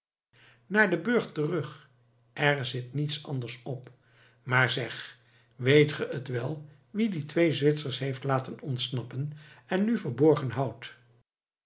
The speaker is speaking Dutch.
naar den burcht terug er zit niets anders op maar zeg weet je het wel wie die twee zwitsers heeft laten ontsnappen en nu verborgen houdt